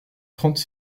trente